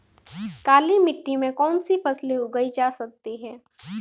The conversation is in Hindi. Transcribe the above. काली मिट्टी में कौनसी फसलें उगाई जा सकती हैं?